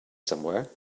somewhere